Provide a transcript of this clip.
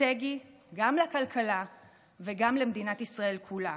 אסטרטגי גם לכלכלה וגם למדינת ישראל כולה.